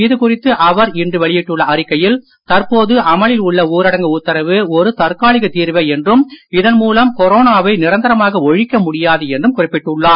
இது குறித்து அவர் இன்று வெளியிட்டுள்ள அறிக்கையில் தற்போது அமலில் உள்ள ஊரடங்கு உத்தரவு ஒரு தற்காலிகத் தீர்வே என்றும் இதன் மூலம் கொரோனாவை நிரந்தரமாக ஒழிக்க முடியாது என்றும் அவர் குறிப்பிட்டுள்ளார்